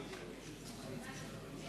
התשס"ט 2009,